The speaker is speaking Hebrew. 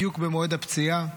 בדיוק במועד הפציעה,